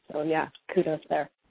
yes kudos there.